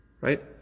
right